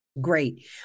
Great